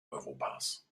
europas